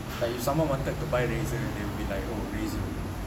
like if someone wanted to buy Razer they would be like oh Razer